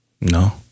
No